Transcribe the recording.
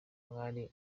mwari